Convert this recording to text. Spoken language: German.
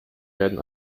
werden